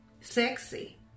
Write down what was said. sexy